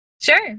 Sure